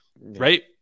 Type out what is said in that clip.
right